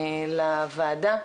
לוועדה,